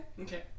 Okay